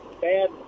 bad